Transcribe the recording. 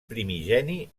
primigeni